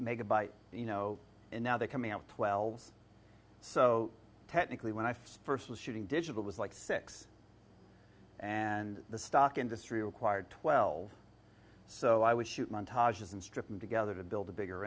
megabytes you know and now they're coming out twelve's so technically when i first was shooting digital was like six and the stock industry required twelve so i would shoot montages and strip them together to build a bigger